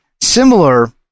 Similar